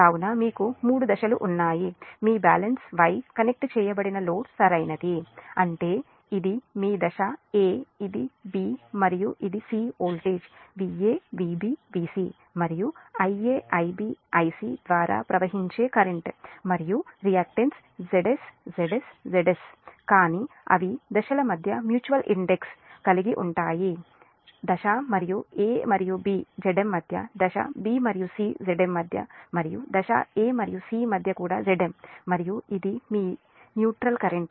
కాబట్టి మీకు 3 దశలు ఉన్నాయి మీ బ్యాలెన్స్ Y కనెక్ట్ చేయబడిన లోడ్ సరైనది అంటే ఇది మీ దశ a ఇది b మరియు ఇది c voltage Va Vb Vc మరియు ఈ Ia Ib Ic ద్వారా ప్రవహించే కరెంట్ మరియు రియాక్టన్స్ Zs Zs Zs కానీ అవి దశల మధ్య మ్యూచువల్ ఇండెక్స్ కలిగి ఉంటాయి అంటే దశ మరియు a మరియు b Zm మధ్య దశ b మరియు c Zm మధ్య మరియు దశ a మరియు c మధ్య కూడా Zm మరియు ఇది మీది న్యూట్రల్ కరెంట్